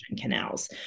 canals